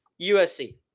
USC